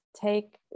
Take